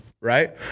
right